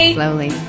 slowly